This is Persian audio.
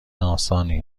آسانی